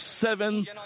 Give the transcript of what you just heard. seven